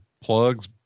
plugs